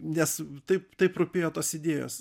nes taip taip rūpėjo tos idėjos